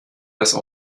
das